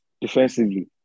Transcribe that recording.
defensively